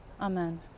Amen